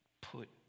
put